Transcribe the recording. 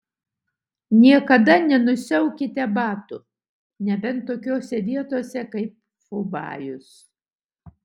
niekada nenusiaukite batų nebent tokiose vietose kaip fubajus